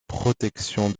protection